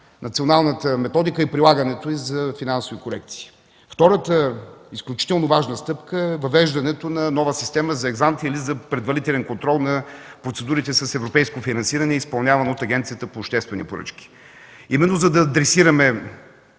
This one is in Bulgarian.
националната методика и прилагането й за финансови корекции. Втората изключително важна стъпка е въвеждането на нова система за предварителен контрол на процедурите с европейско финансиране, изпълнявана от Агенцията за обществени поръчки. За да адресираме